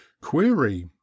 Query